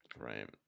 Right